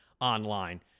online